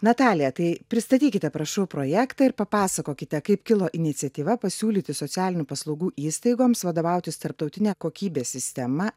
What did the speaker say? natalija tai pristatykite prašau projektą ir papasakokite kaip kilo iniciatyva pasiūlyti socialinių paslaugų įstaigoms vadovautis tarptautine kokybės sistema